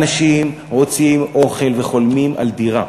אנשים רוצים אוכל וחולמים על דירה.